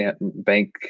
bank